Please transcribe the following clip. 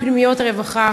מפנימיות הרווחה,